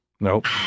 Nope